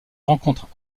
rencontrent